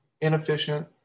inefficient